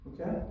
Okay